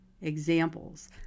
examples